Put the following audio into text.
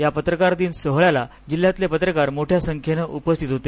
या पत्रकार दिन सोहळ्याला जिल्ह्यातले पत्रकार मोठ्या संख्येने उपस्थित होते